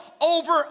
over